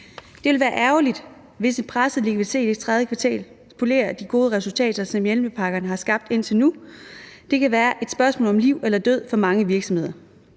Det vil være ærgerligt, hvis en presset likviditet i tredje kvartal spolerer de gode resultater, som hjælpepakkerne har skabt indtil nu. Det kan være et spørgsmål om liv eller død for mange virksomheder.